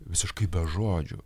visiškai be žodžių